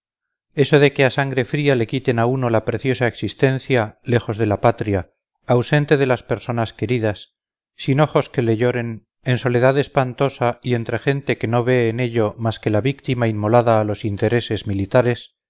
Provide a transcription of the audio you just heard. eso de que a sangre fría le quiten a uno la preciosa existencia lejos de la patria ausente de las personas queridas sin ojos que le lloren en soledad espantosa y entre gente que no ve en ello más que la víctima inmolada a los intereses militares